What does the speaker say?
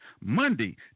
Monday